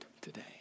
today